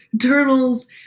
turtles